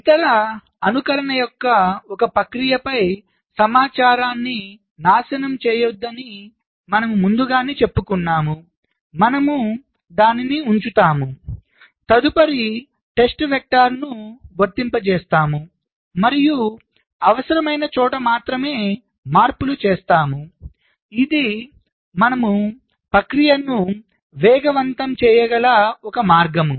ఇతర అనుకరణ యొక్క ఒక ప్రక్రియపై సమాచారాన్ని నాశనం చేయవద్దని మనము ముందుగానే చెప్పుకున్నాము మనము దానిని ఉంచుతాము తదుపరి పరీక్ష వెక్టర్ను వర్తింపజేస్తాము మరియు అవసరమైన చోట మాత్రమే మార్పులు చేస్తాము ఇది మనము ప్రక్రియను వేగవంతం చేయగల ఒక మార్గం